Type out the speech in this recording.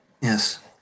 Yes